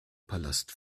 palast